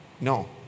No